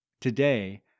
Today